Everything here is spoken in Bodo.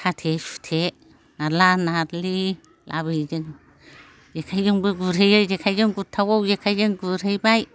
साथे सुथे नारला नारलि लाबोयो जों जेखाइजोंबो गुरहैयो जेखाइजों गुरथाव जेखाइजों गुरहैबाय